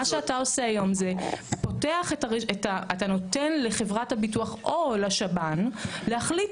מה שאתה עושה היום זה אתה נותן לחברת הביטוח או לשב"ן להחליט